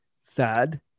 sad